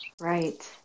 right